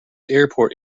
airport